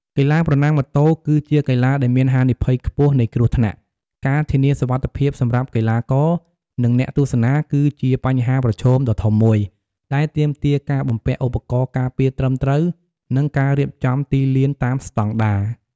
កីឡាប្រណាំងម៉ូតូគឺជាកីឡាដែលមានហានិភ័យខ្ពស់នៃគ្រោះថ្នាក់។ ការធានាសុវត្ថិភាពសម្រាប់កីឡាករ និងអ្នកទស្សនាគឺជាបញ្ហាប្រឈមដ៏ធំមួយ ដែលទាមទារការបំពាក់ឧបករណ៍ការពារត្រឹមត្រូវ និងការរៀបចំទីលានតាមស្តង់ដារ។